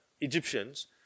Egyptians